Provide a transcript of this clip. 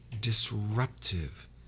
disruptive